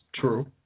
True